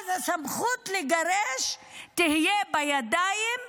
ואז הסמכות לגרש תהיה בידיים שלו.